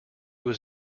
was